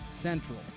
Central